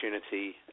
opportunity